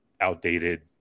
outdated